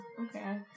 okay